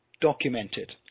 documented